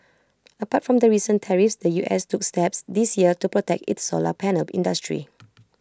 apart from the recent tariffs the U S took steps this year to protect its solar panel industry